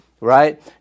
right